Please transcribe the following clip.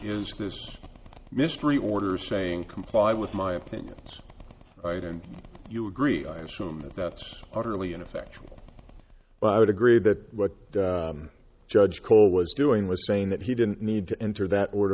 is this mystery order saying comply with my opinions right and you agree i assume that that's utterly ineffectual but i would agree that what judge cole was doing was saying that he didn't need to enter that order